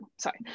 Sorry